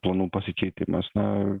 planų pasikeitimas na